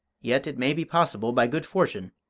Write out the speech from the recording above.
yet it may be possible, by good fortune,